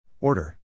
Order